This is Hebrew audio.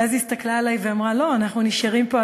ואז היא הסתכלה עלי ואמרה: לא, אנחנו נשארים פה.